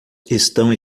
estão